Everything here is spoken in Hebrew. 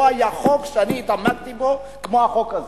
לא היה חוק שהתעמקתי בו כמו החוק הזה,